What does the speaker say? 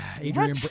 Adrian